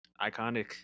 Iconic